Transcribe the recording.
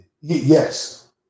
Yes